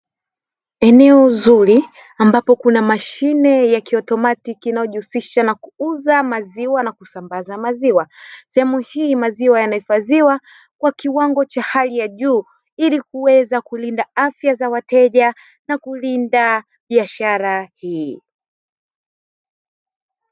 Eneo zuri ambapo kuna mashine ya kiautomatiki inayojihusisha na kuuza maziwa na kusambaza maziwa, sehemu hii maziwa yamehifadhiwa kwa kiwango cha hali yajuu. Ili kuweza kulinda afya ya wateja na kulinda biashara hii.